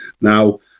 now